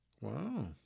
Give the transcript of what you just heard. Wow